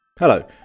Hello